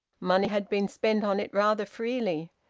money had been spent on it rather freely.